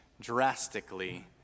drastically